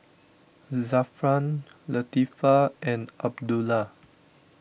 Zafran Latifa and Abdullah